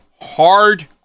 hard